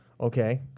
Okay